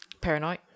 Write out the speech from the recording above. Paranoid